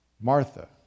Martha